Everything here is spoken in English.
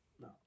No